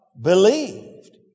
believed